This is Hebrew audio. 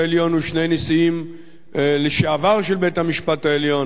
ושני נשיאים לשעבר של בית-המשפט העליון,